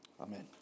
Amen